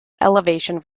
elevation